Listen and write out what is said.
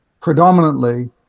predominantly